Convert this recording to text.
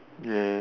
ya